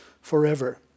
forever